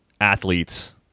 athletes